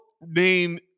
name